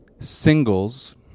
singles